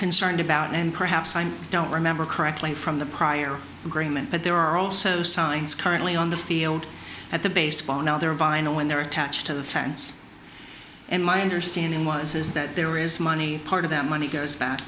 concerned about and perhaps i don't remember correctly from the prior agreement but there are also signs currently on the field at the baseball and other vinyl when they're attached to the fence and my understanding was is that there is money part of that money goes back